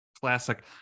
classic